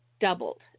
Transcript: doubled